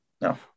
no